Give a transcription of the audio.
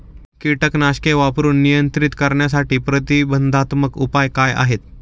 कीटकनाशके वापरून नियंत्रित करण्यासाठी प्रतिबंधात्मक उपाय काय आहेत?